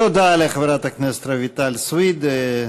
תודה לחברת הכנסת רויטל סויד.